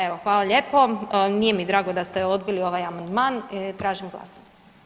Evo hvala lijepo, nije mi drago da ste odbili ovaj amandman, tražim glasanje.